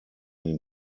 den